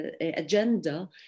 agenda